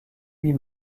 huit